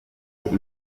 mfite